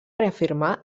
reafirmar